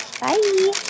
bye